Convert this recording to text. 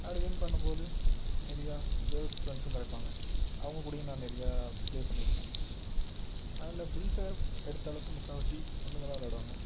அப்படி வின் பண்ணும் போது நிறையா கேர்ள்ஸ் ஃப்ரெண்ட்ஸும் கிடைப்பாங்க அவங்க கூடையும் நான் நிறையா ப்ளே பண்ணிருக்கேன் அதில் ஃப்ரீ ஃபயர் எடுத்த அளவுக்கு முக்கால்வாசி பொண்ணுங்கள் தான் விளாடுவாங்க